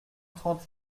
trente